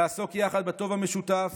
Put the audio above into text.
לעסוק יחד בטוב המשותף,